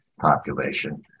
population